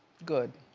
good.